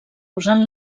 usant